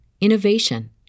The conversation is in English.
innovation